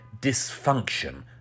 dysfunction